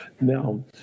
Now